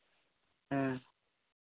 ᱦᱮᱸ